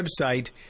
website